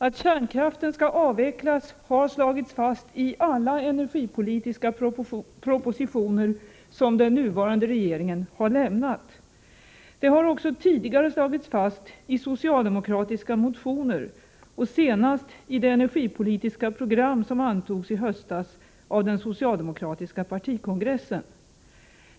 Att kärnkraften skall avvecklas har slagits fast i alla energipolitiska propositioner som den nuvarande regeringen har lämnat. Det har också tidigare slagits fast i socialdemokratiska motioner och senast i det energipolitiska program som antogs i höstas av den socialdemokratiska partikongressen.